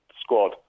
squad